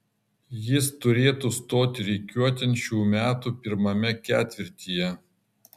jis turėtų stoti rikiuotėn šių metų pirmame ketvirtyje